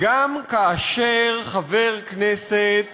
גם כאשר חבר כנסת